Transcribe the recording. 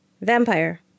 Vampire